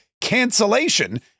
cancellation